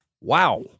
Wow